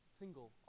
single